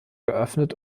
geöffnet